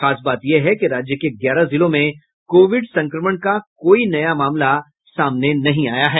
खास बात ये है कि राज्य के ग्यारह जिलों में कोविड संक्रमण का कोई नया मामला सामने नहीं आया है